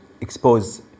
expose